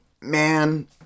man